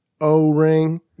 O-ring